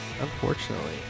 Unfortunately